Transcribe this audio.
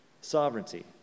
sovereignty